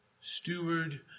Steward